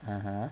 (uh huh)